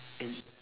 age